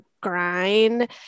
grind